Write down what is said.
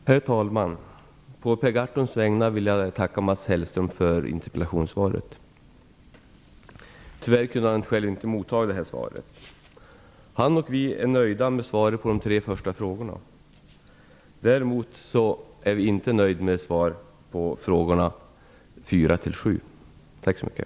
Herr talman! På Per Gahrtons vägnar vill jag tacka Mats Hellström för interpellationssvaret. Tyvärr kunde han själv inte motta svaret. Han och vi är nöjda med svaren på de tre första frågorna. Däremot är vi inte nöjda med svaren på frågorna 4-7. Tack så mycket.